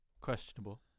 questionable